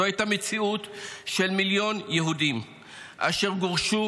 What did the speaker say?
זו הייתה המציאות של מיליון יהודים אשר גורשו